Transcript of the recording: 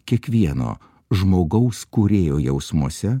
kiekvieno žmogaus kūrėjo jausmuose